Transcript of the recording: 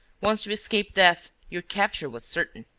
once you escaped death, your capture was certain.